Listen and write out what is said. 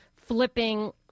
flipping